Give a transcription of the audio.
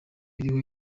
iriho